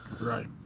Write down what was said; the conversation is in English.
Right